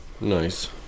Nice